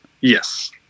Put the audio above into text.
yes